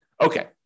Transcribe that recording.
Okay